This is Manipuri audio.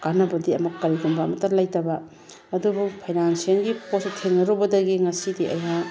ꯀꯥꯟꯅꯕꯗꯤ ꯑꯃꯨꯛ ꯀꯔꯤꯒꯨꯝꯕ ꯑꯃꯠꯇ ꯂꯩꯗꯕ ꯑꯗꯨꯕꯨ ꯐꯥꯏꯅꯥꯟꯁꯤꯑꯦꯜꯒꯤ ꯄꯣꯠꯁꯤ ꯊꯦꯡꯅꯔꯨꯕꯗꯒꯤ ꯉꯁꯤꯗꯤ ꯑꯩꯍꯥꯛ